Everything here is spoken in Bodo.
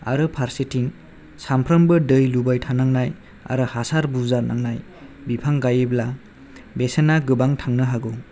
आरो फारसेथिं सानफ्रामबो दै लुबाय थानांनाय हासार बुरजा नांनाय बिफां गायोब्ला बेसेना गोबां थांनो हागौ